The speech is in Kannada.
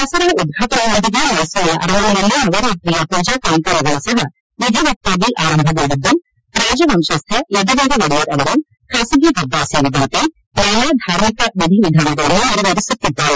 ದಸರಾ ಉದ್ಘಾಟನೆಯೊಂದಿಗೆ ಮೈಸೂರಿನ ಅರಮನೆಯಲ್ಲಿ ನವರಾತ್ರಿಯ ಪೂಜಾ ಕೈಂಕರ್ಯಗಳು ಸಹ ವಿಧಿವತ್ತಾಗಿ ಆರಂಭಗೊಂಡಿದ್ದು ರಾಜ ವಂಶಸ್ತ ಯದುವೀರ್ ಒಡೆಯರ್ ಅವರು ಖಾಸಗಿ ದರ್ಬಾರ್ ಸೇರಿದಂತೆ ನಾನಾ ಧಾರ್ಮಿಕ ವಿಧಿವಿಧಾನಗಳನ್ನು ನೆರವೇರಿಸುತ್ತಿದ್ದಾರೆ